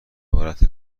عبارت